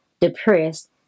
depressed